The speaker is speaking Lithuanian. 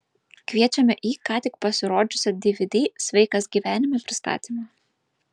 kviečiame į ką tik pasirodžiusio dvd sveikas gyvenime pristatymą